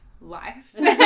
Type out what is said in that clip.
life